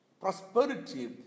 prosperity